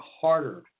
harder